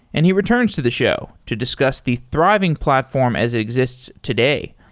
and he returns to the show to discuss the thriving platform as it exists today.